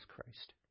Christ